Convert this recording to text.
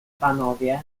panowie